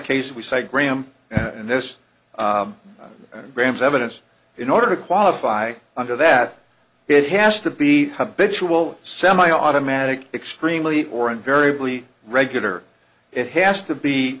cases we say graham and this graham's evidence in order to qualify under that it has to be a bitch will semi automatic extremely or invariably regular it has to be